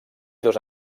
dos